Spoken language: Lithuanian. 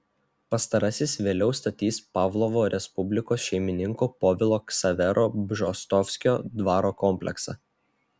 pastarasis vėliau statys pavlovo respublikos šeimininko povilo ksavero bžostovskio dvaro kompleksą